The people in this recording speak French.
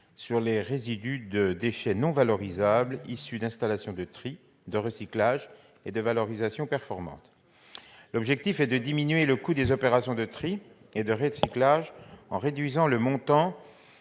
sur les résidus de déchets non valorisables issus d'installations de tri, de recyclage et de valorisation performantes. L'objectif est de diminuer le coût des opérations de tri et de recyclage en réduisant le montant